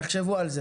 תחשבו על זה.